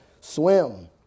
swim